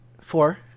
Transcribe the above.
Four